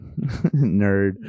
nerd